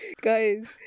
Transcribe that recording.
Guys